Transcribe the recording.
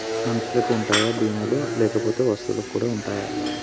మనుషులకి ఉంటాయా బీమా లు లేకపోతే వస్తువులకు కూడా ఉంటయా?